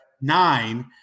Nine